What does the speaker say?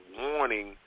warning